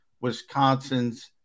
Wisconsin's